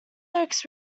lyrics